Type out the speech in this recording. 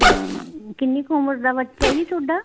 ਕਿੰਨੀ ਕੁ ਉਮਰ ਦਾ ਬੱਚਾ ਜੀ ਤੁਹਾਡਾ